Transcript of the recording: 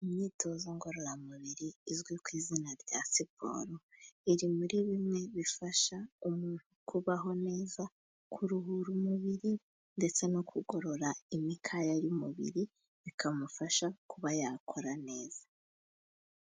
Imyitozo ngororamubiri izwi ku izina rya siporo, iri muri bimwe bifasha mu kubaho neza kuruhura umubiri, ndetse no kugorora imikaya y'umubiri, bikamufasha kuba yakora neza.